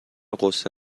غصه